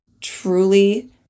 truly